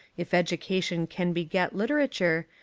if education can beget literature,